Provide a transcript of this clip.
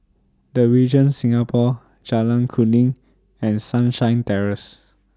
The Regent Singapore Jalan Kuning and Sunshine Terrace